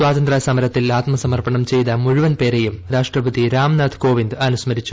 സ്വാതന്ത്രസമരത്തിൽ ആത്മസ്മർപ്പണം ചെയ്ത മുഴുവൻ പേരെയും രാഷ്ട്രപതി രാംനാഥ് ക്ടോവിന്ദ് അനുസ്മരിച്ചു